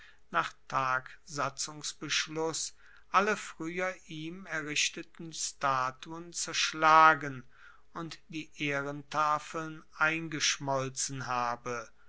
nach tagsatzungsbeschluss alle frueher ihm errichteten statuen zerschlagen und die ehrentafeln eingeschmolzen habe